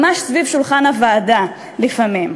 ממש סביב שולחן הוועדה לפעמים.